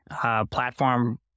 platform